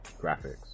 graphics